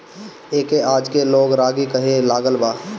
एके आजके लोग रागी कहे लागल बा